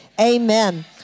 amen